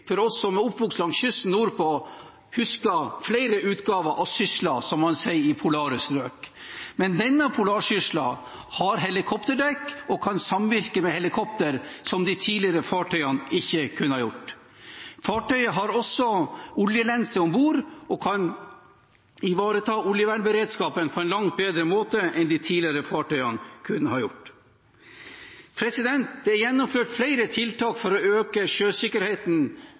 for vi som er oppvokst langs kysten nordpå, husker flere utgaver av «sysla», som man sier i polare strøk. Men denne «polarsysla» har helikopterdekk og kan samvirke med helikoptre, noe de tidligere fartøyene ikke har kunnet gjøre. Fartøyet har også oljelense om bord og kan ivareta oljevernberedskapen på en langt bedre måte enn de tidligere fartøyene har kunnet gjøre. Det er gjennomført flere tiltak for å øke sjøsikkerheten